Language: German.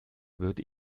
würde